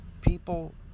people